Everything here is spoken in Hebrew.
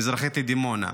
מזרחית לדימונה.